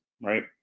right